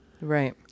right